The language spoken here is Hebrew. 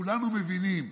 כולנו מבינים.